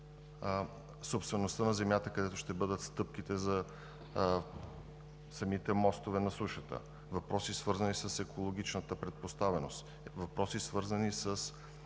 собствеността на земята, където ще бъдат стъпките за мостовете на сушата; въпроси, свързани с екологичната предпоставеност; въпроси, свързани с